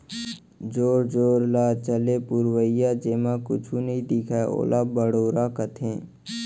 जोर जोर ल चले पुरवाई जेमा कुछु नइ दिखय ओला बड़ोरा कथें